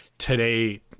Today